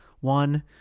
one